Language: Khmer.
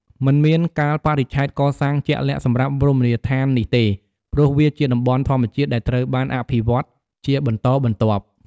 មិនមានកាលបរិច្ឆេទកសាងជាក់លាក់សម្រាប់រមណីយដ្ឋាននេះទេ ព្រោះវាជាតំបន់ធម្មជាតិដែលត្រូវបានអភិវឌ្ឍជាបន្តបន្ទាប់។